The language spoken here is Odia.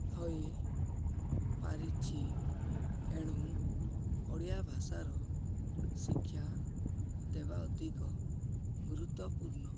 ହୋଇପାରିଛି ଏଣୁ ଓଡ଼ିଆ ଭାଷାର ଶିକ୍ଷା ଦେବା ଅଧିକ ଗୁରୁତ୍ୱପୂର୍ଣ୍ଣ